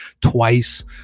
twice